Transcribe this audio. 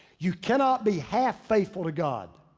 you cannot be half faithful to god.